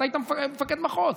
אתה היית מפקד מחוז.